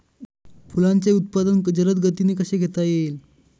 फुलांचे उत्पादन जलद गतीने कसे घेता येईल?